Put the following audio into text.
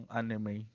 anime